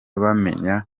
bamenya